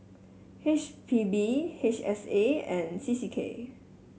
H P B H S A and C C K